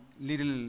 little